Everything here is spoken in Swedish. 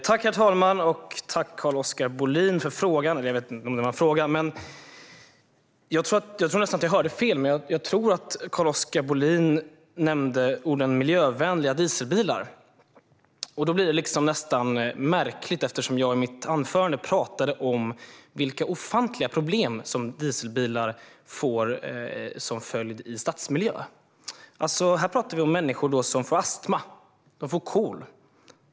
Herr talman! Tack för frågan, Carl-Oskar Bohlin! Jag tror nästan att jag hörde fel. Jag tror att Carl-Oskar Bohlin nämnde miljövänliga dieselbilar. Då blir det nästan märkligt, eftersom jag mitt anförande talade om vilka ofantliga problem som vi får till följd av dieselbilar i stadsmiljö. Här talar vi om människor som får astma. De får KOL.